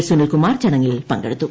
സ്മൂനിൽകുമാർ ചടങ്ങിൽ പങ്കെടുത്തു